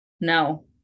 no